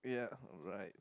yeah alright